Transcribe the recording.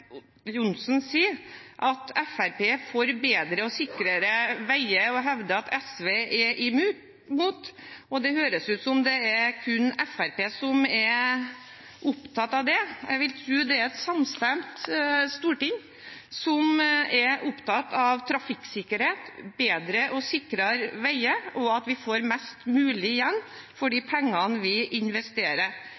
Johnsen sier at Fremskrittspartiet er for bedre og sikrere veier. Det er jo ingen her i stortingssalen som er imot det. Han hevder at SV er imot det, og det høres ut som om det kun er Fremskrittspartiet som er opptatt av det. Jeg vil tro at et samstemt storting er opptatt av trafikksikkerhet, bedre og sikrere veier, og av at vi får mest mulig igjen